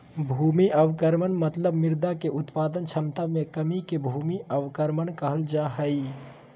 भूमि अवक्रमण मतलब मृदा के उत्पादक क्षमता मे कमी के भूमि अवक्रमण कहल जा हई